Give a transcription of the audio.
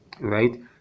right